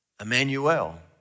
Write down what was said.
Emmanuel